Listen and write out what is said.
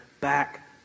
back